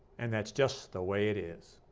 and that's just the way it is.